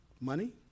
Money